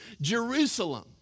Jerusalem